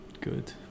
good